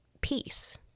peace